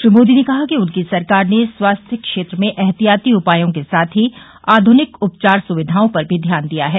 श्री मोदी ने कहा कि उनकी सरकार ने स्वास्थ्य क्षेत्र में एहतियाती उपायों के साथ ही आधुनिक उपचार सुविधाओं पर भी ध्यान दिया है